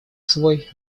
свой